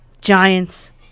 Giants